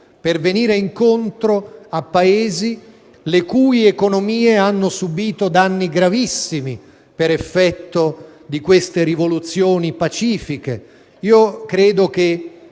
per venire incontro a Paesi le cui economie hanno subito danni gravissimi per effetto delle ultime rivoluzioni pacifiche. Credo che